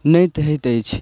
नैत होयत अछि